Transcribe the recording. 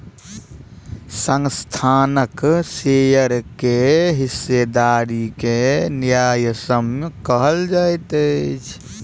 संस्थानक शेयर के हिस्सेदारी के न्यायसम्य कहल जाइत अछि